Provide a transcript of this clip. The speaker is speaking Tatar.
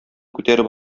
күтәреп